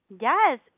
Yes